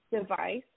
device